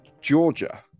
Georgia